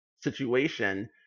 situation